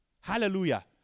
Hallelujah